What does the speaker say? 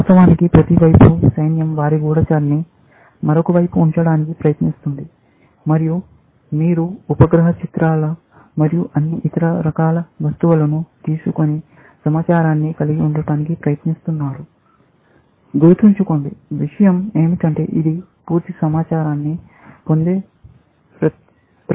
వాస్తవానికి ప్రతి వైపు సైన్యం వారి గూఢచారి ని మరొక వైపు ఉంచడానికి ప్రయత్నిస్తుంది మరియు మీరు ఉపగ్రహ చిత్రాలు మరియు అన్ని ఇతర రకాల వస్తువులను తీసుకొని సమాచారాన్ని కలిగి ఉండటానికి ప్రయత్నిస్తారు గుర్తించదగిన విషయం ఏమిటంటే ఇది పూర్తి సమాచారాన్ని పొందే ప్రయత్నం